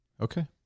Okay